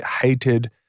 hated